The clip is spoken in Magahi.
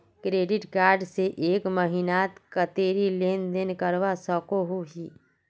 क्रेडिट कार्ड से एक महीनात कतेरी लेन देन करवा सकोहो ही?